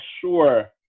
sure